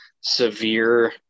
severe